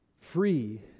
Free